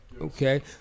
Okay